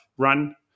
run